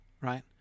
right